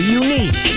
unique